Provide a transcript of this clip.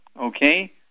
okay